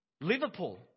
Liverpool